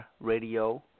Radio